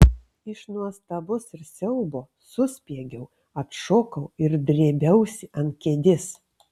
iš nuostabos ir siaubo suspiegiau atšokau ir drėbiausi ant kėdės